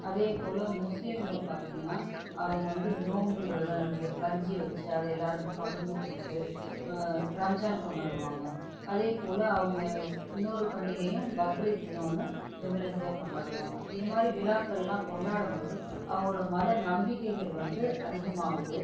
அதேபோல் முஸ்லிம்கள் பார்த்திங்கன்னா அவங்க வந்து நோம்பு விரதம் இருந்து கஞ்சு வச்சு அதை எல்லோருக்கும் பகிர்ந்து கொடுத்து ரம்ஜான் கொண்டாடுவாங்கள் அதேபோல் அவங்க இன்னோரு பண்டிகையும் பக்ரீத்னு ஒன்னு விமர்சையாக கொண்டாடுவாங்க இதுமாதிரி விழாக்கள்லா கொண்டாடும் போது அவங்களோடய மத நம்பிக்கைகள் வந்து அதிகமாகுது